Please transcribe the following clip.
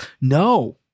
no